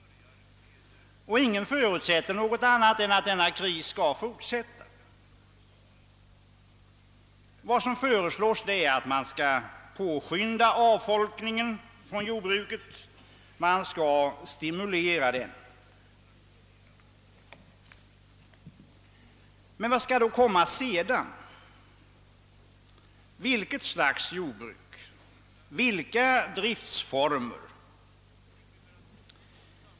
Ingen förutsätter heller annat än att denna kris skall fortsätta. Vad som föreslås är att vi skall påskynda och stimulera avfolkningen från jordbruket. Vad skall då komma sedan? Vilket slags jordbruk och vilka driftsformer skall vi ha?